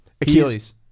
Achilles